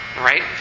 right